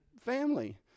family